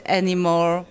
anymore